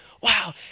Wow